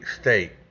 state